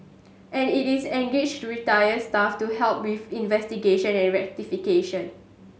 and it is engaged retired staff to help with investigation and rectification